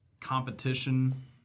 competition